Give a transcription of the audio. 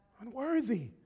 Unworthy